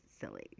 silly